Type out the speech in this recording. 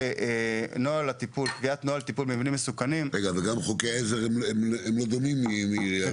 וגם חוקי העזר לא דומים מעירייה לעירייה.